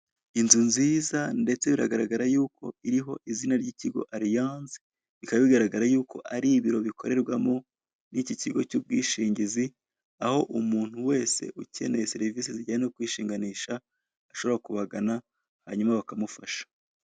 Inzu nziza ndetse biragaragara yuko iriho izina rya ikigo ariyanze, bikaba bigaragara yuko ari ibiro bikorerwamo niki kigo cya ubwishingizi, aho umuntu wese ukeneye serivise zijyanye nokwishinganisha ashobora kubagana hanyuma bakamufasha.